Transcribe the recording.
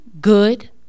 good